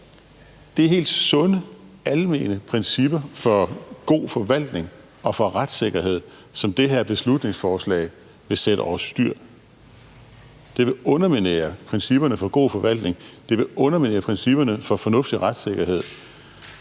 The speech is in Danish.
Det er nogle helt sunde, almene principper for god forvaltning og for retssikkerhed, som det her beslutningsforslag vil sætte over styr. Det vil underminere principperne for god forvaltning, det vil underminere principperne for en fornuftig retssikkerhed,